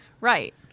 Right